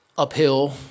uphill